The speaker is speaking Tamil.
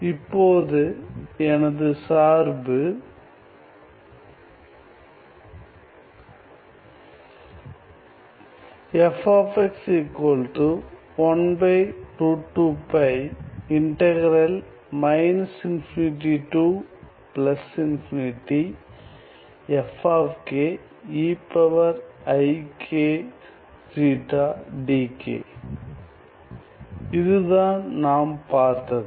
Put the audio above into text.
இப்போது எனது சார்பு இதுதான் நாம் பார்த்தது